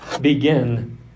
begin